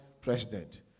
president